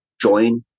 join